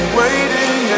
waiting